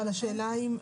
אבל השאלה אם,